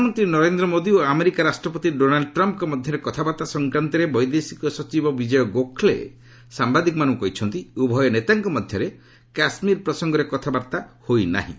ପ୍ରଧାନମନ୍ତ୍ରୀ ନରେନ୍ଦ୍ର ମୋଦି ଓ ଆମେରିକା ରାଷ୍ଟ୍ରପତି ଡୋନାଲ୍ଚ ଟ୍ରମ୍ପଙ୍କ ମଧ୍ୟରେ କଥାବାର୍ତ୍ତା ସଂକ୍ରାନ୍ତରେ ବୈଦେଶିକ ସଚିବ ବିଜୟ ଗୋଖଲେ ସାମ୍ଭାଦିକମାନଙ୍କୁ କହିଛନ୍ତି ଉଭୟ ନେତାଙ୍କ ମଧ୍ୟରେ କାଶ୍ମୀର ପ୍ରସଙ୍ଗରେ କଥାବାର୍ତ୍ତା ହୋଇନାହିଁ